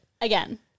Again